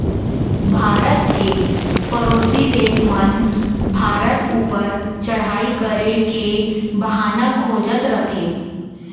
भारत के परोसी देस मन भारत ऊपर चढ़ाई करे के बहाना खोजत रथें